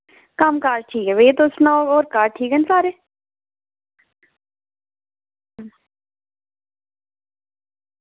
कम्म काज ठीक ऐ भैया होर तुस सनाओ ठीक न सारे